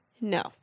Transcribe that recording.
No